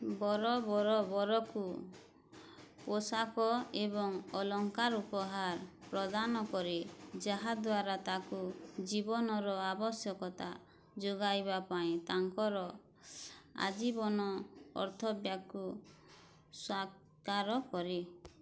ବର ବର ବରକୁ ପୋଷାକ ଏବଂ ଅଲଙ୍କାର ଉପହାର ପ୍ରଦାନ କରେ ଯାହାଦ୍ୱାରା ତାକୁ ଜୀବନର ଆବଶ୍ୟକତା ଯୋଗାଇବା ପାଇଁ ତାଙ୍କର ଆଜୀବନ ଅର୍ଥବ୍ୟାକୁ ସ୍ୱାକାର କରେ